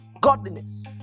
Godliness